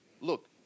look